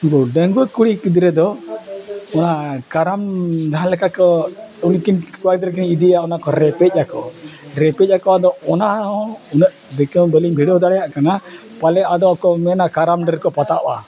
ᱰᱟᱹᱝᱜᱩᱣᱟᱹ ᱠᱩᱲᱤ ᱜᱤᱫᱽᱨᱟᱹ ᱫᱚ ᱚᱱᱟ ᱠᱟᱨᱟᱢ ᱡᱟᱦᱟᱸ ᱞᱮᱠᱟ ᱠᱚ ᱩᱱᱠᱤᱱ ᱠᱚᱲᱟ ᱜᱤᱫᱽᱨᱟᱹ ᱠᱤᱱ ᱤᱫᱤᱭᱟ ᱚᱱᱟ ᱠᱚ ᱨᱮᱯᱮᱡ ᱟᱠᱚ ᱨᱮᱯᱮᱡ ᱟᱠᱚ ᱟᱫᱚ ᱚᱱᱟ ᱦᱚᱸ ᱩᱱᱟᱹᱜ ᱫᱟᱹᱭᱠᱟᱹ ᱢᱟ ᱵᱟᱹᱞᱤᱧ ᱵᱷᱤᱰᱟᱹᱣ ᱫᱟᱲᱮᱭᱟᱜ ᱠᱟᱱᱟ ᱯᱟᱞᱮ ᱟᱫᱚ ᱟᱠᱚ ᱢᱮᱱᱟ ᱠᱟᱨᱟᱢ ᱰᱟᱹᱨ ᱠᱚ ᱯᱟᱛᱟᱜᱼᱟ